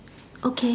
okay